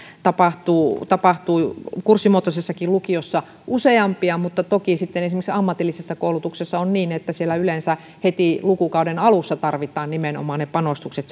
tapahtuu tapahtuu kurssimuotoisessakin lukiossa useampia mutta toki sitten esimerkiksi ammatillisessa koulutuksessa on niin että siellä yleensä nimenomaan heti lukukauden alussa tarvitaan ne panostukset